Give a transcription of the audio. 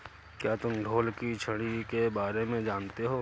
क्या तुम ढोल की छड़ी के बारे में जानते हो?